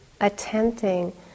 attempting